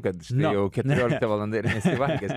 kad štai jau keturiolikta valanda ir nesi valgęs